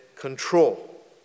control